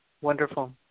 Wonderful